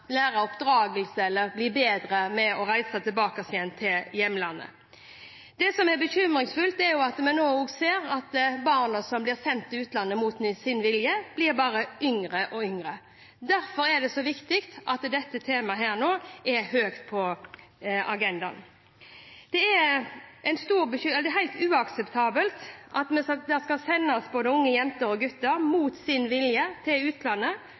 bedre oppdragelse eller bli bedre ved å reise tilbake til hjemlandet. Det som er bekymringsfullt, er at vi nå også ser at barna som blir sendt til utlandet mot sin vilje, blir yngre og yngre. Derfor er det så viktig at dette temaet nå er høyt på agendaen. Det er helt uakseptabelt at unge jenter og gutter sendes mot sin vilje til utlandet,